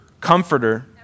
Comforter